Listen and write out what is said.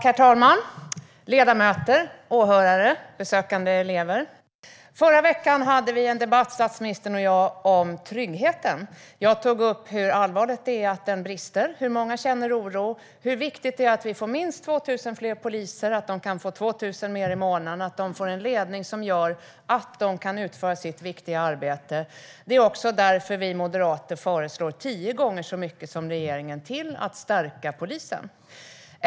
Herr talman, ledamöter, åhörare och besökande elever! Förra veckan hade vi en debatt, statsministern och jag, om tryggheten. Jag tog upp hur allvarligt det är att den brister och att många känner oro. Det är viktigt att vi får minst 2 000 fler poliser, att de kan få minst 2 000 kronor mer i månaden och att de får en ledning som gör att de kan utföra sitt viktiga arbete. Det är också därför vi moderater föreslår tio gånger så mycket som regeringen till att stärka polisen.